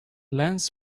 lens